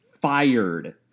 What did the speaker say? fired